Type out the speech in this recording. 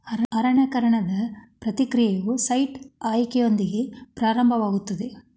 ಅರಣ್ಯೇಕರಣದ ಪ್ರಕ್ರಿಯೆಯು ಸೈಟ್ ಆಯ್ಕೆಯೊಂದಿಗೆ ಪ್ರಾರಂಭವಾಗುತ್ತದೆ